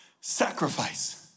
sacrifice